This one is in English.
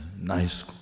nice